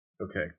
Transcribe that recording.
Okay